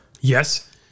Yes